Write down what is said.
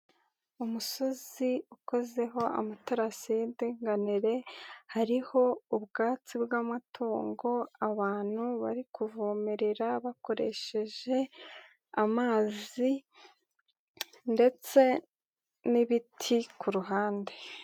Umusozi ukozeho amatarasi y'indinganire hariho ubwatsi bw'amatungo abantu bari kuvomerera bakoresheje amazi ndetse n'ibiti ku ruhande.